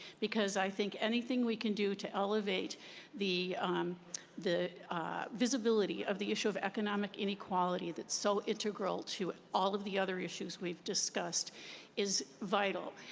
because i think anything we can do to elevate the um the visibility of the issue of economic inequality that's so integral to all of the other issues we've discussed is vital.